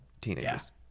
teenagers